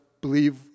believe